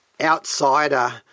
outsider